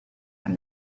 and